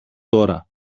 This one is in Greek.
τώρα